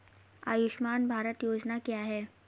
आयुष्मान भारत योजना क्या है?